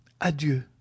adieu